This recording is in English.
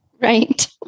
right